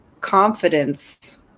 confidence